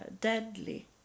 deadly